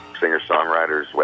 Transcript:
singer-songwriter's